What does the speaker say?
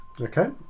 Okay